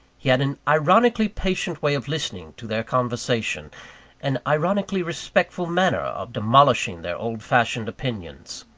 he had an ironically patient way of listening to their conversation an ironically respectful manner of demolishing their old-fashioned opinions,